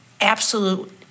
absolute